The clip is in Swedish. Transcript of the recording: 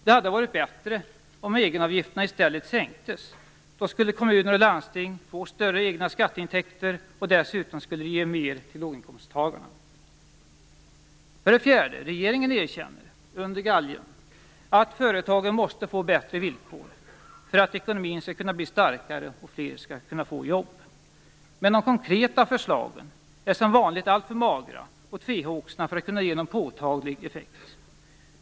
Det hade varit bättre om egenavgifterna i stället sänktes. Då skulle kommuner och landsting få större egna skatteintäkter, och dessutom skulle det ge mer till låginkomsttagarna. För det fjärde erkänner regeringen, under galgen, att företagen måste få bättre villkor för att ekonomin skall kunna bli starkare och fler skall kunna få jobb. Men de konkreta förslagen är som vanligt alltför magra och tvehågsna för att kunna ge någon påtaglig effekt.